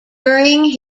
during